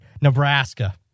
Nebraska